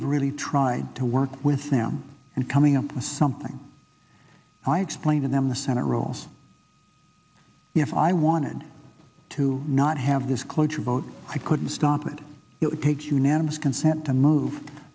have really tried to work with them and coming up with something i explain to them the senate rules if i wanted to not have this cloture vote i couldn't stop it it would take unanimous consent to move